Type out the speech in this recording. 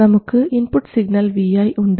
നമുക്ക് input signal Vi ഉണ്ട്